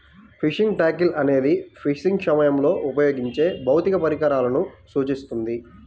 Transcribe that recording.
fishing tackle అనేది fishing సమయంలో ఉపయోగించే భౌతిక పరికరాలను సూచిస్తుంది